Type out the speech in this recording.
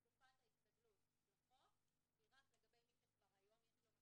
תקופת ההסתגלות לחוק היא רק לגבי מי שכבר היום יש לו מצלמות,